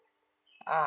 ah